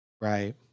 Right